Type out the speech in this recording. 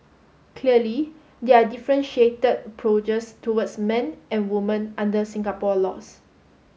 clearly there are differentiated approaches towards men and women under Singapore laws